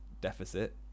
deficit